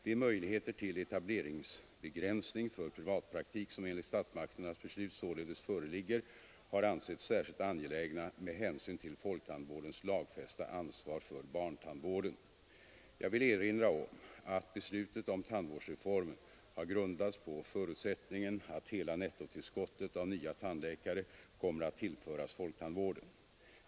De möjligheter till etableringsbegränsning för privatpraktik som enligt statsmakternas beslut således föreligger har ansetts särskilt angelägna med hänsyn till folktandvårdens lagfästa ansvar för barntandvården. Jag vill erinra om att beslutet om tandvårdsreformen har grundats på förutsättningen att hela nettotillskottet av nya tandläkare kommer att tillföras folktandvården.